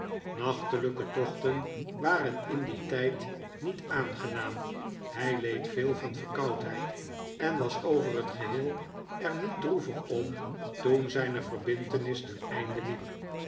nachtelijke tochten waren in dien tijd niet aangenaam hij leed veel van verkoudheid en was over het geheel er niet droevig om toen zijne verbintenis ten einde liep